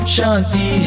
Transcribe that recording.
Shanti